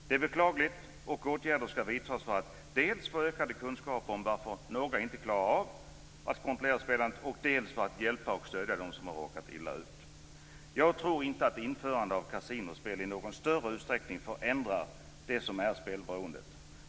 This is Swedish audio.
Det är beklagligt, och åtgärder skall vidtas för att man dels skall få ökade kunskaper om varför några inte klarar av att kontrollera spelandet, dels skall kunna hjälpa och stödja dem som har råkat illa ut. Jag tror inte att införandet av kasinospel i någon större utsträckning förändrar spelberoendet.